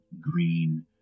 green